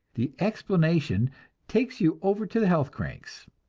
the explanation takes you over to the health cranks.